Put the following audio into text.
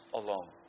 alone